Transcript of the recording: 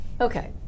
Okay